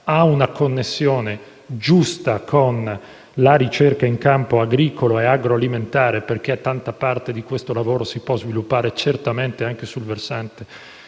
ha una connessione giusta con la ricerca in campo agricolo e agroalimentare, perché tanta parte di questo lavoro si può sviluppare certamente anche sul versante